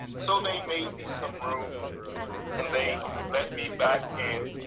so they made me some room and they let me back in.